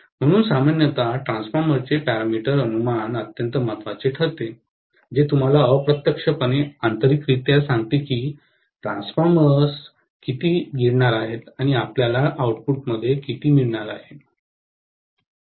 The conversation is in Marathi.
म्हणूनच सामान्यत ट्रान्सफॉर्मरचे पॅरामीटर अनुमान अत्यंत महत्वाचे ठरते जे तुम्हाला अप्रत्यक्षपणे आंतरिकरित्या सांगते की ट्रान्सफॉर्मर्स किती गिळणार आहेत आणि आपल्याला आउटपुटमध्ये किती मिळणार आहे